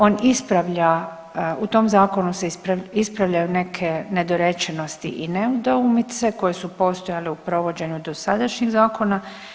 On ispravlja, u tom zakonu se ispravljaju neke nedorečenosti i nedoumice koje su postojale u provođenju dosadašnjih zakona.